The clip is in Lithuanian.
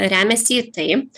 remiasi į tai